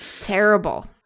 Terrible